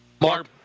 Mark